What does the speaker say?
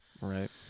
Right